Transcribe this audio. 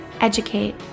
educate